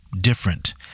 different